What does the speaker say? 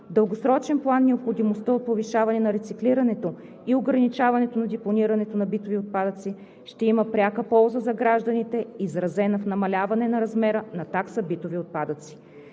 дългосрочен план необходимостта от повишаването на рециклирането и ограничаването на депонирането на битовите отпадъци ще има пряка полза за гражданите, изразена в намаляване на размера на такса „Битови отпадъци“.